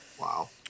Wow